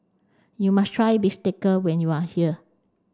you must try Bistake when you are here